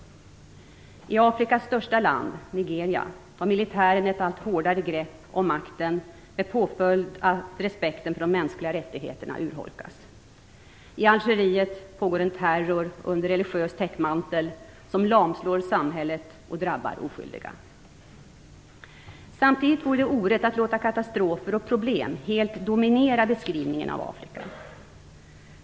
I Afrikas största land, Nigeria, tar militären ett allt hårdare grepp om makten med påföljd att respekten för de mänskliga rättigheterna urholkas. I Algeriet pågår en terror under religiös täckmantel som lamslår samhället och drabbar oskyldiga. Samtidigt vore det orätt att låta katastrofer och problem helt dominera beskrivningen av Afrika.